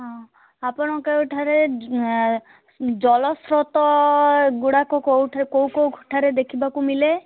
ହଁ ଆପଣ କେଉଁଠାରେ ଜଲସ୍ରୋତ ଗୁଡ଼ାକ କୋଉଠା କୋଉ କେଉଁଠାରେ ଦେଖିବାକୁ ମିଳେ